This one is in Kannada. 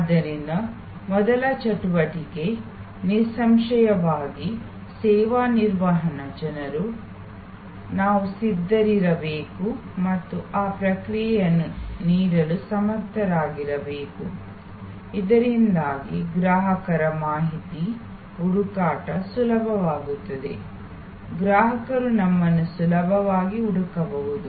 ಆದ್ದರಿಂದ ಮೊದಲ ಚಟುವಟಿಕೆ ನಿಸ್ಸಂಶಯವಾಗಿ ಸೇವಾ ನಿರ್ವಹಣಾ ಜನರು ನಾವು ಸ್ಥಿರವಾಗಿರಬೇಕು ಮತ್ತು ಆ ಪ್ರತಿಕ್ರಿಯೆಯನ್ನು ನೀಡಲು ಸಮರ್ಥರಾಗಿರಬೇಕು ಇದರಿಂದಾಗಿ ಗ್ರಾಹಕರ ಮಾಹಿತಿ ಹುಡುಕಾಟ ಸುಲಭವಾಗುತ್ತದೆ ಗ್ರಾಹಕರು ನಮ್ಮನ್ನು ಸುಲಭವಾಗಿ ಹುಡುಕಬಹುದು